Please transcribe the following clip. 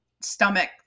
stomach